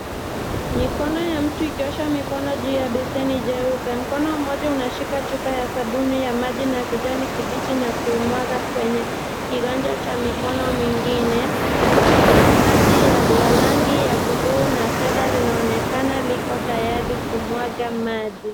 Mikono ya mtu ikiosha mikono juu ya beseni jeupe. Mkono mmoja unashika chupa ya sabuni ya maji na ya kijani kibichi na kuimwaga kwenye kiganja cha mikono mingine. Bomba la maji la rangi ya bluu na fedha linaonekana liko tayari kumwaga maji.